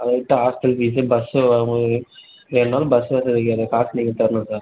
அதை விட்டால் hostel fees bus வேணாலும் பஸ் வசதிக்கு அந்த காசு நீங்கள் தரணும் சார்